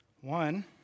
One